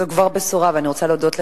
זו כבר בשורה, ואני רוצה להודות לך.